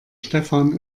stefan